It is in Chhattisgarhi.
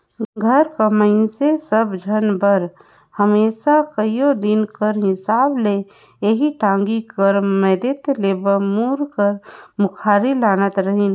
घर कर मइनसे सब झन बर हमेसा कइयो दिन कर हिसाब ले एही टागी कर मदेत ले बबूर कर मुखारी लानत रहिन